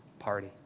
party